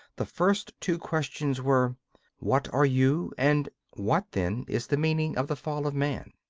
the first two questions were what are you? and what, then, is the meaning of the fall of man?